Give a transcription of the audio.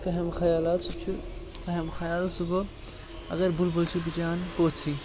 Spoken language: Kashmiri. وٮ۪ہَم خیالات سُہ چھُ وٮ۪ہَم خیال سُہ گوٚو اگر بُلبُل چھُ پِچان پوٚژھ یی